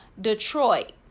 Detroit